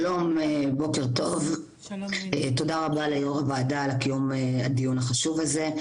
תודה רבה ליו"ר הוועדה על קיום הדיון החשוב הזה,